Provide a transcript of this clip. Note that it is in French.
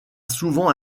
souvent